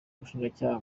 ubushinjacyaha